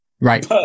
Right